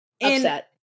Upset